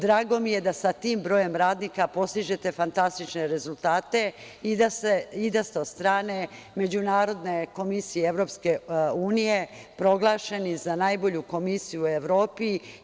Drago mi je da sa tim brojem radnika postižete fantastične rezultate i da ste od strane Međunarodne komisije EU proglašeni za najbolju Komisiju u Evropi.